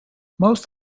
most